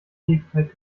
hefeteig